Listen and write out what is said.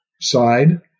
side